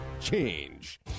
Change